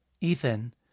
Ethan